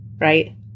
Right